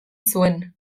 zuen